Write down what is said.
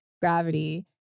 gravity